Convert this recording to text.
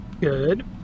Good